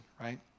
right